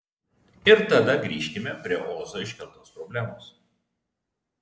ir tada grįžkime prie ozo iškeltos problemos